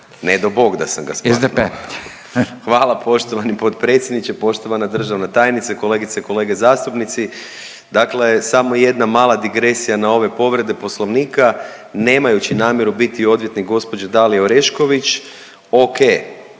Ne dao Bog da sam ga smaknuo. Hvala poštovani potpredsjedniče, poštovana državna tajnice, kolegice i kolege zastupnici. Dakle samo jedna mala digresija na ove povrede Poslovnika nemajući namjeru biti odvjetnik gospođe Dalije Orešković, ok.